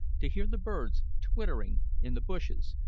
to hear the birds twittering in the bushes,